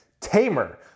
Tamer